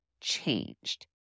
changed